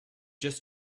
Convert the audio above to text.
just